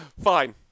Fine